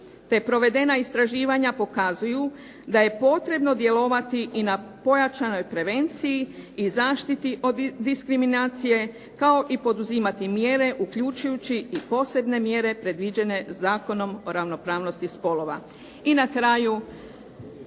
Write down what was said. te provedene istraživanja pokazuju da je potrebno djelovati i na pojačanoj prevenciji i zaštiti od diskriminacije kao i poduzimati mjere uključujući i posebne mjere predviđene Zakonom o ravnopravnosti spolova. I na kraju,